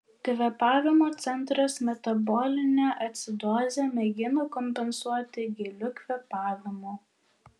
kvėpavimo centras metabolinę acidozę mėgina kompensuoti giliu kvėpavimu